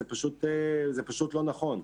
זה פשוט לא נכון.